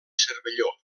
cervelló